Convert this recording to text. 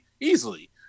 easily